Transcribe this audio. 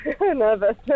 Nervous